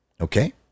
Okay